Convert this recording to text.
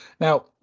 Now